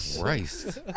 Christ